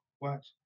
Watch